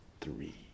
three